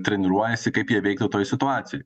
treniruojasi kaip jie veikia toj situacijoj